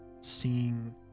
seeing